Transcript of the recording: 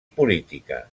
política